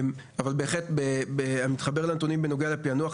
אבל אני מתחבר לנתונים בנוגע לפיענוח.